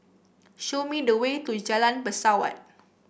show me the way to Jalan Pesawat